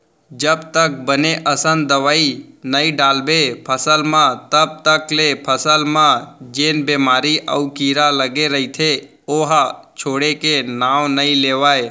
जब तक बने असन दवई नइ डालबे फसल म तब तक ले फसल म जेन बेमारी अउ कीरा लगे रइथे ओहा छोड़े के नांव नइ लेवय